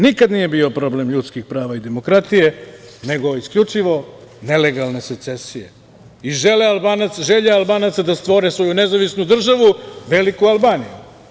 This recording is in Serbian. Nikada nije bio problem ljudskih prava i demokratije, nego isključivo nelegalne secesije i želje Albanaca da stvore svoju nezavisnu državu veliku Albaniju.